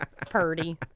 purdy